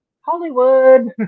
Hollywood